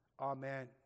Amen